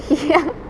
ya